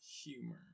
humor